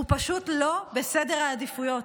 הוא פשוט לא בסדר העדיפויות.